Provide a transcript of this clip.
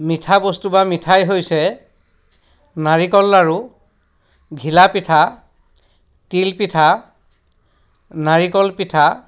মিঠা বস্তু বা মিঠাই হৈছে নাৰিকল লাড়ু ঘিলাপিঠা তিলপিঠা নাৰিকল পিঠা